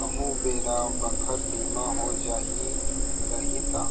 कहूं बेरा बखत बीमा हो जाही रइही ता